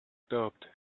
doubt